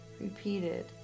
repeated